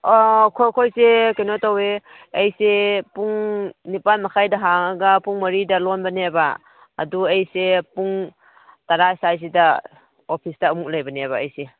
ꯑꯩꯈꯣꯏ ꯑꯩꯈꯣꯏꯁꯦ ꯀꯩꯅꯣ ꯇꯧꯋꯦ ꯑꯩꯁꯦ ꯄꯨꯡ ꯅꯤꯄꯥꯜ ꯃꯈꯥꯏꯗ ꯍꯪꯉꯥꯒ ꯄꯨꯡ ꯃꯔꯤꯗ ꯂꯣꯜꯕꯅꯦꯕ ꯑꯗꯣ ꯑꯩꯁꯦ ꯄꯨꯡ ꯇꯔꯥ ꯁꯥꯏꯁꯤꯗ ꯑꯣꯐꯤꯁꯇ ꯑꯃꯨꯛ ꯂꯩꯕꯅꯦꯕ ꯑꯩꯁꯦ